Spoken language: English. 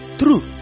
true